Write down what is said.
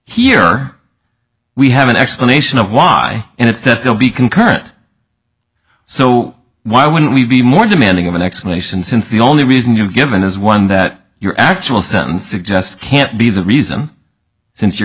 here we have an explanation of why and it's that they'll be concurrent so why wouldn't we be more demanding of an explanation since the only reason you've given is one that your actual sentence suggests can't be the reason since you're